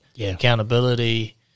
Accountability